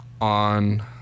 on